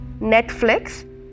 Netflix